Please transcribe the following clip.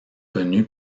connue